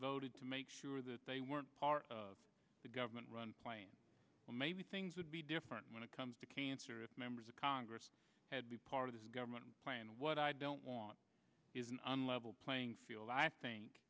voted to make sure that they weren't part of the government run plan maybe things would be different when it comes to cancer if members of congress had been part of this government plan what i don't want is an unlevel playing field i think